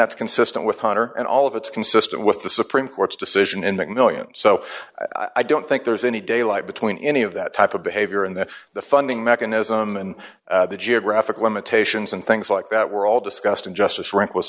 that's consistent with honor and all of it's consistent with the supreme court's decision in the millions so i don't think there's any daylight between any of that type of behavior and that the funding mechanism and the geographic limitations and things like that were all discussed in justice r